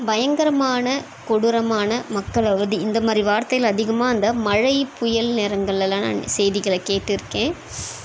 பயங்கரமான கொடூரமான மக்கள் அவதி இந்த மாரி வார்தையில அதிகமாக அந்த மழை புயல் நேரங்களில்லாம் நான் செய்திகளில் கேட்டுருக்கேன்